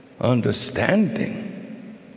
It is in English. understanding